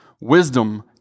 Wisdom